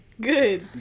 good